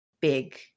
big